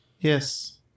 Yes